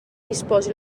disposi